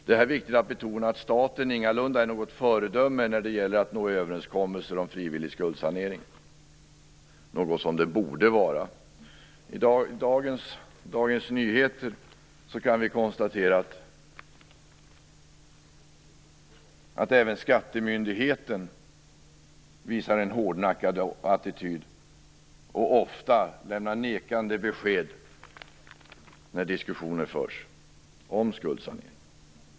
Det är här viktigt att betona att staten ingalunda är något föredöme när det gäller att nå överenskommelser om frivillig skuldsanering - något som det borde vara. I Dagens Nyheter i dag kan vi konstatera att även skattemyndigheten visar en hårdnackad attityd och ofta lämnar nekande besked när diskussioner förs om skuldsanering.